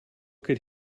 could